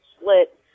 split